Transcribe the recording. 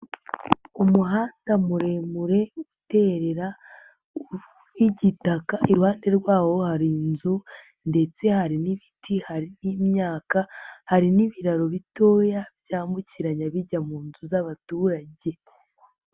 Umuhanda muremure uterera w'igitaka, iruhande rwawo hari inzu ndetse hari n'ibiti, hari n'imyaka, hari n'ibiraro bitoya byambukiranya bijya mu nzu z'abaturage.